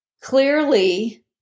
clearly